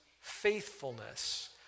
faithfulness